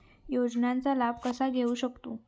योजनांचा लाभ कसा घेऊ शकतू?